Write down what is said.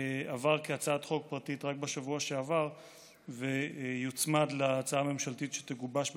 עבר כהצעת חוק פרטית רק בשבוע שעבר ויוצמד להצעה הממשלתית שתגובש בהמשך,